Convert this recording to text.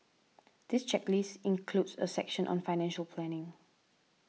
this checklist includes a section on financial planning